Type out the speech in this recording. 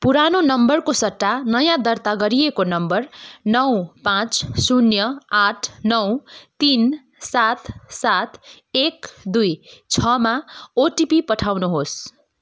पुरानो नम्बरको सट्टा नयाँ दर्ता गरिएको नम्बर नौ पाँच शून्य आठ नौ तिन सात सात एक दुई छमा ओटिपी पठाउनुहोस्